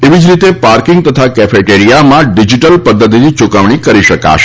એવી જ રીતે પાર્કિંગ તથા કેફેટેરીયામાં ડિજીટલ પદ્ધતિથી યૂકવણી કરી શકાશે